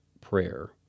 prayer